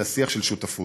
אלא שיח של שותפות.